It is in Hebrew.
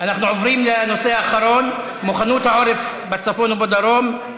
אנחנו עוברים לנושא האחרון: מוכנות העורף בצפון ובדרום,